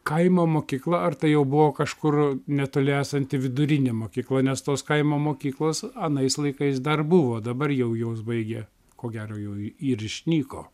kaimo mokykla ar tai jau buvo kažkur netoli esanti vidurinė mokykla nes tos kaimo mokyklos anais laikais dar buvo dabar jau jos baigia ko gero jau ir išnyko